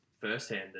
firsthand